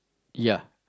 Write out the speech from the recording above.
ya